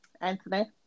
Anthony